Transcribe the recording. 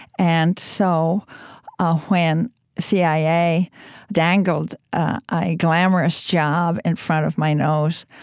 and so ah when cia dangled a glamorous job in front of my nose,